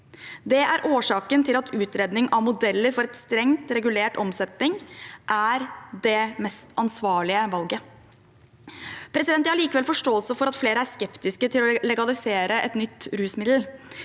Det er årsaken til at utredning av modeller for en strengt regulert omsetning er det mest ansvarlige valget. Jeg har forståelse for at flere er skeptiske til å legalisere et nytt rusmiddel.